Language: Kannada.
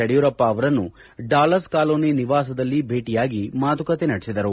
ಯಡಿಯೂರಪ್ಪ ಅವರನ್ನು ಡಾಲರ್ಸ್ ಕಾಲೋನಿ ನಿವಾಸದಲ್ಲಿ ಭೇಟಿಯಾಗಿ ಮಾತುಕತೆ ನಡೆಸಿದರು